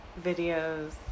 videos